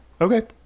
okay